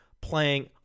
playing